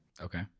okay